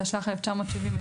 התשל"ח 1977,